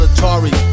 Atari